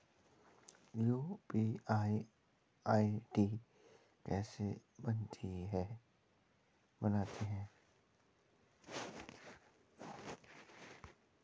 UPI ID कैसे बनाते हैं?